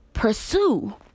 Pursue